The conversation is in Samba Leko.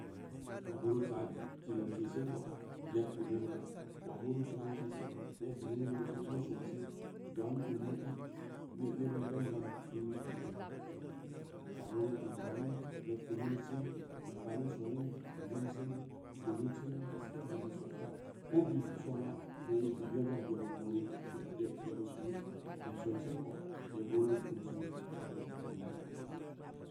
Waa beureu saa hmm kii lamke senko yad keu nebbid ga, waa beureu kiisisin lamke sense, zongna n kuu beureu pad neɓid idan gaɓ inga. Waa beureu kn kane, yad keu nebid se, kum kane soni, gbeu nyed keu neɓɓid see, loo lod sengu gaskiya, billen songa, ko bill teu soona, ira bil sonsen ko, yeb beuroo kum sen bila.